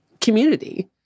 community